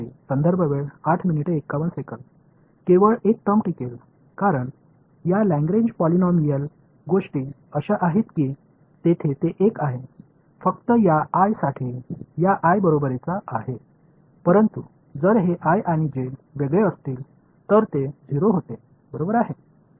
केवळ एक टर्म टिकेल कारण या लाग्रेंज पॉलिनॉमियल गोष्टी अशा आहेत की तेथे ते एक आहेत फक्त या i साठी या i बरोबरीचा आहे परंतु जर हे i आणि j वेगळे असतील तर ते 0 होते बरोबर आहे